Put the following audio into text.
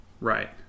right